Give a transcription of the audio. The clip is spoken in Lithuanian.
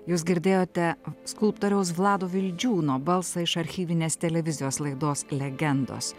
jūs girdėjote skulptoriaus vlado vildžiūno balsą iš archyvinės televizijos laidos legendos